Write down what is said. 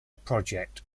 project